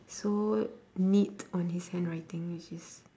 so neat on his handwriting which is